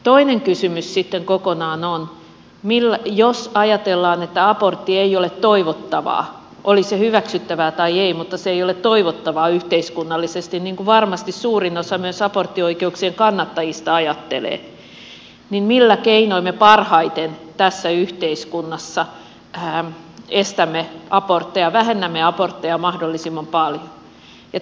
toinen kysymys sitten kokonaan on jos ajatellaan että abortti ei ole toivottavaa oli se hyväksyttävää tai ei mutta se ei ole toivottavaa yhteiskunnallisesti niin kuin varmasti suurin osa myös aborttioikeuksien kannattajista ajattelee millä keinoin me parhaiten tässä yhteiskunnassa estämme abortteja vähennämme abortteja mahdollisimman paljon